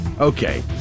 okay